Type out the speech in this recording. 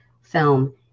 film